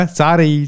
sorry